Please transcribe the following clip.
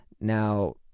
Now